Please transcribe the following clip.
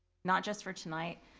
not just for tonight,